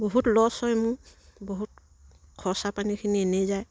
বহুত লছ হয় মোৰ বহুত খৰচা পানীখিনি এনেই যায়